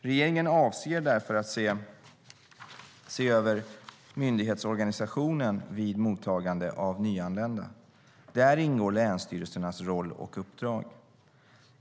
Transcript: Regeringen avser därför att se över myndighetsorganisationen vid mottagande av nyanlända. Där ingår länsstyrelsernas roll och uppdrag.